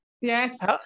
Yes